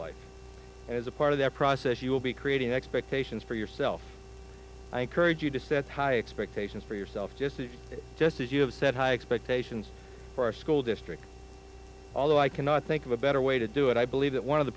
life as a part of that process you will be creating expectations for yourself i encourage you to set high expectations for yourself just just as you have set high expectations for our school district although i cannot think of a better way to do it i believe that one of the